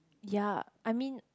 ya I mean